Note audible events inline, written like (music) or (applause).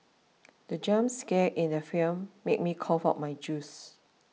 (noise) the jump scare in the film made me cough out my juice